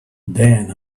then